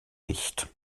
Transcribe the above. nicht